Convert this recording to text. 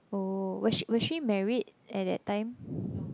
oh was she was she married at that time